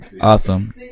Awesome